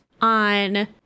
on